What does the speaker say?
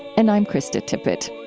and i'm krista tippett